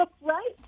Right